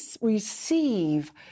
receive